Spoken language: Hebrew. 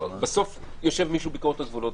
בסוף יושב מישהו בביקורת הגבולות,